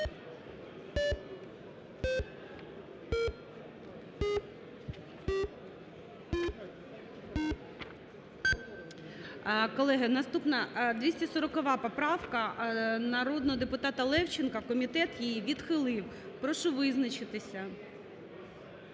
Колеги, наступна 240 поправка народного депутата Левченка, комітет її відхилив. Прошу визначитися.